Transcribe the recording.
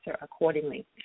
accordingly